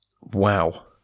Wow